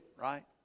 right